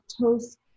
toast